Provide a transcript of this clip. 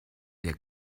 der